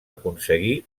aconseguir